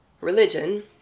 religion